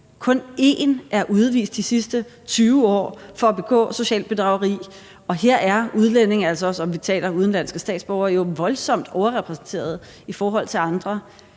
kun én er udvist de sidste 20 år for at begå socialt bedrageri, og her er udlændinge – når vi taler udenlandske statsborgere – voldsomt overrepræsenteret i forhold til andre.